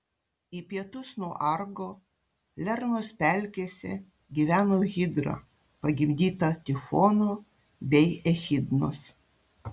į pietus nuo argo lernos pelkėse gyveno hidra pagimdyta tifono bei echidnos